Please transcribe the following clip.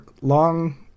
long